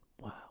Wow